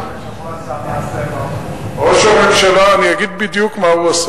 אתה יודע שראש הממשלה רק השבוע עשה מעשה